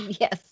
Yes